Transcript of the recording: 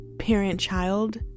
parent-child